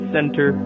Center